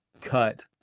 Cut